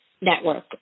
network